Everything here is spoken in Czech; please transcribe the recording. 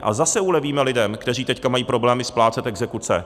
A zase ulevíme lidem, kteří teď mají problémy splácet exekuce.